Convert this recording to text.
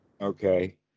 Okay